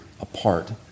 apart